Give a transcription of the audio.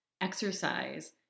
exercise